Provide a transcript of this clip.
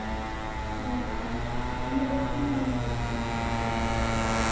ᱦᱳᱭ ᱛᱚ ᱤᱱᱟᱹᱜ ᱡᱟᱹᱥᱛᱤ ᱦᱚᱸ ᱵᱟᱝᱼᱟ ᱚᱱᱟ ᱠᱚᱦᱚᱸ ᱦᱮᱸᱥᱮ